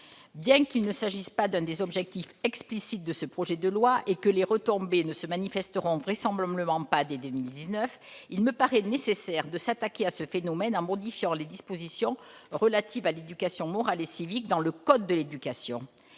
Bien qu'il ne s'agisse pas de l'un des objectifs explicites de ce projet de loi et que les retombées ne se manifesteront vraisemblablement pas dès 2019, il me paraît nécessaire de s'attaquer à ce phénomène en modifiant les dispositions relatives à l'éducation morale et civique dans le code de l'éducation.